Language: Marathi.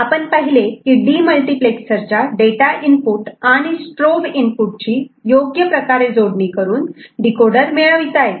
आपण पाहिले की डीमल्टिप्लेक्सर च्या डेटा इनपुट आणि स्ट्रोब इनपुट ची योग्य प्रकारे जोडणी करून डीकोडर मिळविता येते